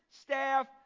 staff